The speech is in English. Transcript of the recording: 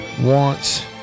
wants